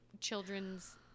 children's